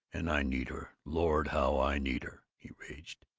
and i need her, lord how i need her! he raged.